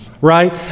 right